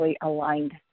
aligned